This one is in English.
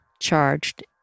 charged